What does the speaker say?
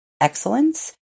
excellence